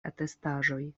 atestaĵoj